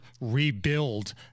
rebuild